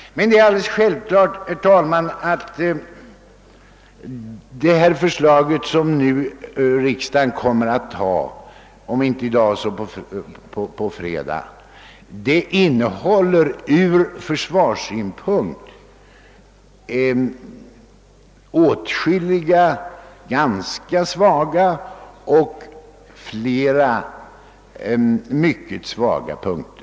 Herr talman! Självfallet kommer dock det förslag, som riksdagen kommer att anta i dag eller på fredag, att innehålla åtskilliga ur försvarssynpunkt ganska svaga och flera mycket svaga avsnitt.